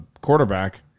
quarterback